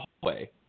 hallway